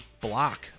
block